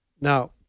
Now